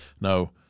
No